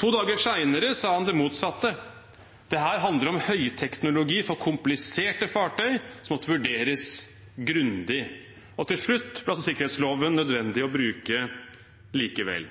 To dager senere sa han det motsatte, at dette handlet om høyteknologi for kompliserte fartøy som måtte vurderes grundig, og til slutt ble sikkerhetsloven nødvendig å bruke likevel.